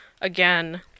again